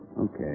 Okay